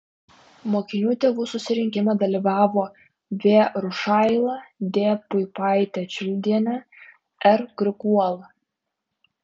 mokinių tėvų susirinkime dalyvavo v rušaila d puipaitė čiuldienė r griguola